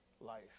life